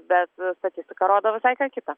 bet statistika rodo visai ką kita